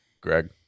Greg